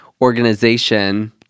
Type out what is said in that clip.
organization